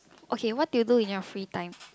okay what do you do in your free time